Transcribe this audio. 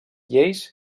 lleis